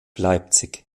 leipzig